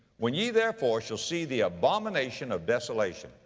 when ye therefore shall see the abomination of desolation.